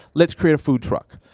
let's create a food truck.